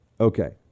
Okay